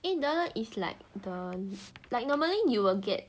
eight dollar is like the like normally you will get